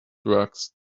drugs